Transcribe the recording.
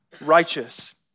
righteous